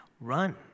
run